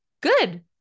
good